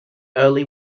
early